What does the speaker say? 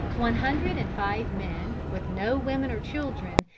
one hundred and five men, with no women or children,